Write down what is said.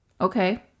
okay